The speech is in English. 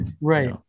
right